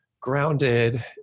grounded